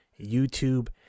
YouTube